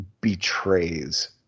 betrays